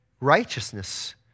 righteousness